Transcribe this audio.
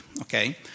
Okay